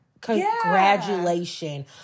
congratulation